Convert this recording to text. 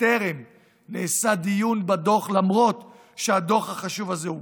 טרם נעשה דיון בדוח למרות שהדוח החשוב הזה הוגש.